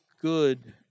good